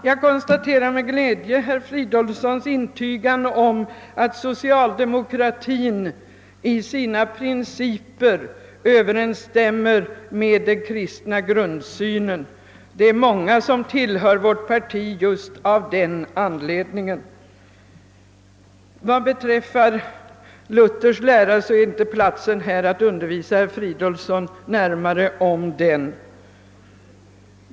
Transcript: Herr talman! Jag mottar med glädje herr Fridolfssons intygan om att socialdemokratin i sina principer följer den kristna grundsynen. Det är många som tillhör vårt parti just av den anledningen. Vad beträffar Luthers lära är här inte platsen att undervisa herr Fridolfsson närmare om den.